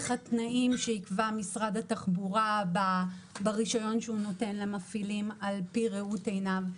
התנאים שיקבע משרד התחבורה ברישיון שהוא נותן למפעילים על פי ראות עיניו,